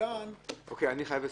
חייב לסיים.